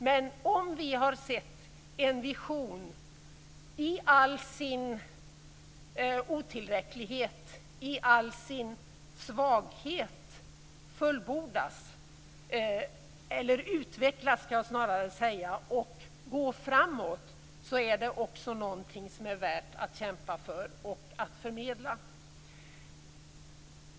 Men om vi har sett en vision i all sin otillräcklighet, i all sin svaghet, utvecklas och gå framåt, så är det också någonting som är värt att kämpa för och förmedla.